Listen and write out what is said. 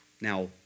Now